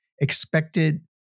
expected